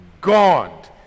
God